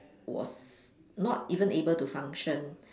was not even able to function